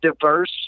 diverse